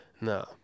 no